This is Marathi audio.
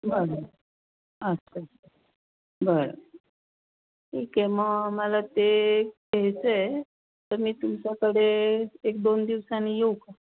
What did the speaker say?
बरं अच्छा बरं ठीक आहे मग मला ते घ्यायचं आहे तर मी तुमच्याकडे एक दोन दिवसांनी येऊ का